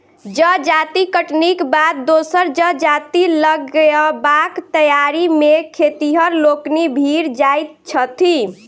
जजाति कटनीक बाद दोसर जजाति लगयबाक तैयारी मे खेतिहर लोकनि भिड़ जाइत छथि